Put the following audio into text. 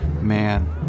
man